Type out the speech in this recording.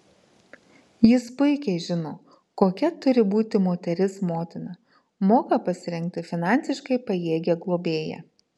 jis puikiai žino kokia turi būti moteris motina moka pasirinkti finansiškai pajėgią globėją